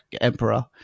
emperor